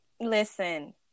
Listen